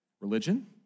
Religion